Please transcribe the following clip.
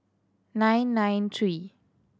nine nine three